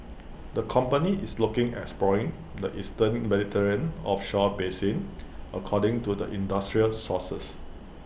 the company is looking at exploring the eastern Mediterranean offshore basin according to the industry sources